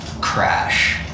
crash